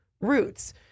roots